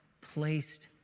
placed